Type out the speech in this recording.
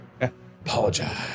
Apologize